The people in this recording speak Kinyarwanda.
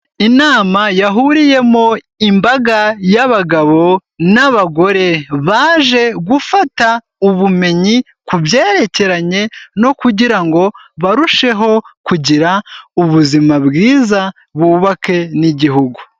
Inama yahuriyemo imbaga y'abagabo n'abagore, baje gufata ubumenyi ku byerekeranye no kugira ngo barusheho kugira ubuzima bwiza bubake n'igihugu.